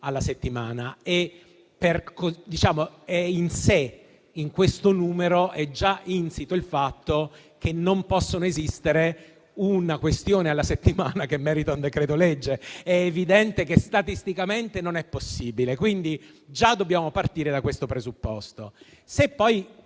alla settimana. In questo numero è già insito il fatto che non possa esistere una questione alla settimana che meriti un decreto-legge. È evidente che statisticamente non è possibile. Quindi, già dobbiamo partire da questo presupposto.